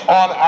on